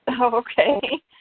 Okay